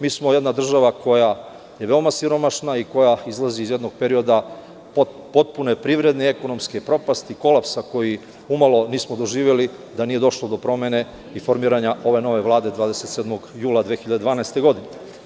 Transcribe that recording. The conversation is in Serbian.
Mi smo jedna država koja je veoma siromašna i koja izlazi iz jednog perioda potpune privredne, ekonomske propasti, kolapsa koji umalo nismo doživeli da nije došlo do promene i formiranja ove nove Vlade 27. jula 2012. godine.